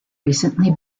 recently